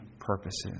purposes